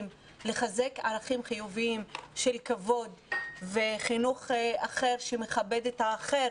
ולחזק ערכים חיוביים של כבוד וחינוך לכבד את האחר